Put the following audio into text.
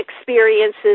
experiences